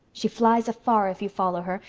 she flies afar if you follow her,